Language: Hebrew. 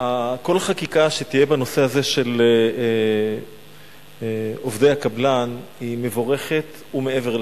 כל חקיקה שתהיה בנושא הזה של עובדי הקבלן היא מבורכת ומעבר לכך.